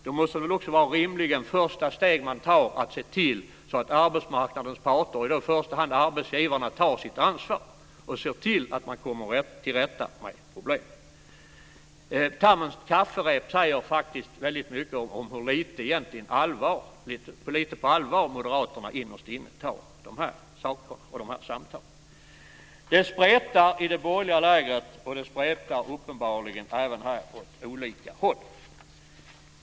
Det första steg man tar måste rimligen vara att se till att arbetsmarknadens parter - i första hand arbetsgivarna - tar sitt ansvar så att man kommer till rätta med problemet. Termen kafferep säger väldigt mycket om att moderaterna inte tar dessa saker på så stort allvar. Det spretar i det borgerliga lägret, och det spretar uppenbarligen även här åt olika håll.